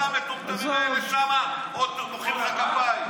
עזוב, וכל המטומטמים האלה שם עוד מוחאים לך כפיים.